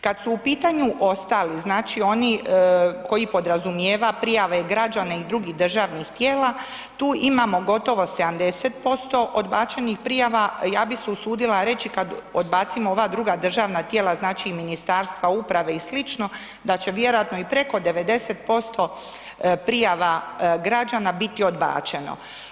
Kad su u pitanju ostali, znači oni koji podrazumijeva prijave građana i drugih državnih tijela tu imamo gotovo 70% odbačenih prijava, ja bi se usudila reći kad odbacimo ova druga državna tijela znači i Ministarstva uprave i sl. da će vjerojatno i preko 90% prijava građana biti odbačeno.